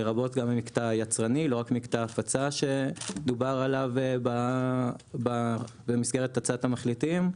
לרבות גם מקטע יצרני לא רק מקטע הפצה שדובר עליו במסגרת הצעת המחליטים,